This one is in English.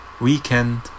weekend